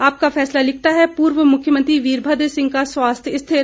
आपका फैसला लिखता है पूर्व मुख्यमंत्री वीरभद्र सिंह का स्वास्थ्य स्थिर